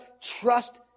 trust